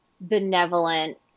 benevolent